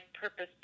purpose